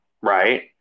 Right